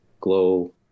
glow